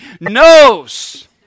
knows